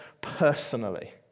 personally